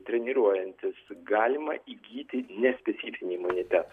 treniruojantis galima įgyti nespecifinį imunitetą